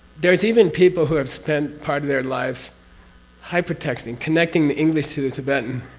there's even people who have spent part of their lives hyper-texting, connecting the english to the tibetan,